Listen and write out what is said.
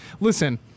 Listen